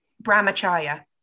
Brahmacharya